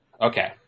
Okay